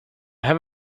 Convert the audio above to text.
have